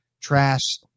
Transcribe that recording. trash